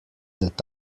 that